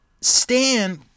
Stan